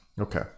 okay